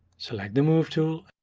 select the move tool